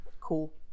Cool